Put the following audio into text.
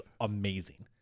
amazing